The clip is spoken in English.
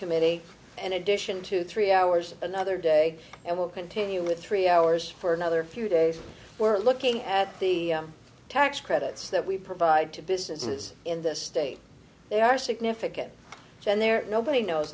committee an addition to three hours another day and will continue with three hours for another few days we're looking at the tax credits that we provide to businesses in this state they are significant